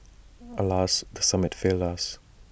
alas the summit failed us